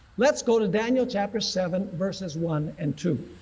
let's go to daniel chapter seven verses one and two.